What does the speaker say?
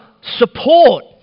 support